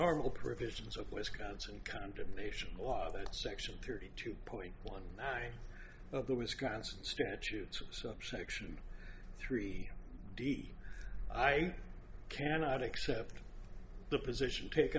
normal provisions of wisconsin condemnation law that section thirty two point one of the wisconsin statutes subsection three d i cannot accept the position